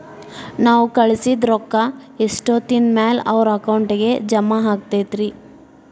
ನಾವು ಕಳಿಸಿದ್ ರೊಕ್ಕ ಎಷ್ಟೋತ್ತಿನ ಮ್ಯಾಲೆ ಅವರ ಅಕೌಂಟಗ್ ಜಮಾ ಆಕ್ಕೈತ್ರಿ?